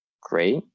great